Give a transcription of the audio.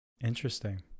Interesting